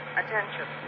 attention